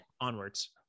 onwards